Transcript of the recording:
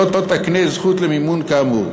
לא תקנה זכות למימון כאמור.